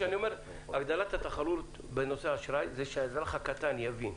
כשאני אומר "הגדלת התחרות בנושא האשראי" זה שהאזרח הקטן יבין,